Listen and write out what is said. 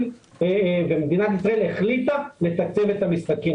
ומדינת ישאל החליטה לתקצב את המשחקים.